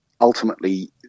ultimately